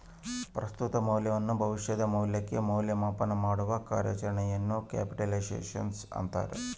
ಪ್ರಸ್ತುತ ಮೌಲ್ಯವನ್ನು ಭವಿಷ್ಯದ ಮೌಲ್ಯಕ್ಕೆ ಮೌಲ್ಯ ಮಾಪನಮಾಡುವ ಕಾರ್ಯಾಚರಣೆಯನ್ನು ಕ್ಯಾಪಿಟಲೈಸೇಶನ್ ಅಂತಾರ